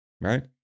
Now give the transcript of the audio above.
right